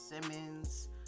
Simmons